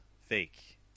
fake